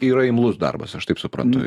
yra imlus darbas aš taip suprantu